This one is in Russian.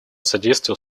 содействия